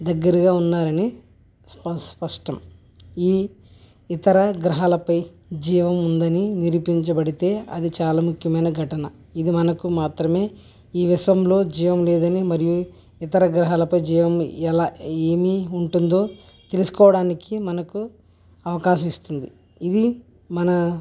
దగ్గరగా ఉన్నారని స్పష్టం ఈ ఇతర గ్రహాలపై జీవం ఉందని నిరూపించబడితే అది చాలా ముఖ్యమైన ఘటన ఇది మనకు మాత్రమే ఈ విశ్వంలో జీవం లేదని మరియు ఇతర గ్రహాలపై జీవాన్ని ఎలా ఏమీ ఉంటుందో తెలుసుకోవటానికి మనకు అవకాశం ఇస్తుంది ఇది మన